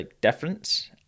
difference